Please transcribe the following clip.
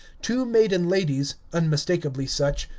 two maiden ladies unmistakably such,